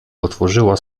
otworzyła